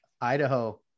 idaho